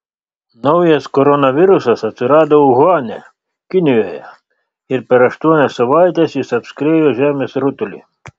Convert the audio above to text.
naujas koronavirusas atsirado uhane kinijoje ir per aštuonias savaites jis apskriejo žemės rutulį